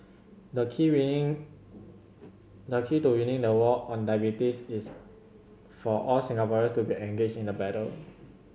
the key winning the key to winning the war on diabetes is for all Singaporeans to be engaged in the battle